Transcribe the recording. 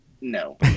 No